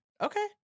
Okay